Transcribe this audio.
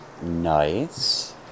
nice